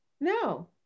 No